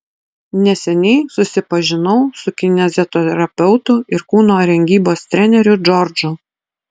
neseniai susipažinau su kineziterapeutu ir kūno rengybos treneriu džordžu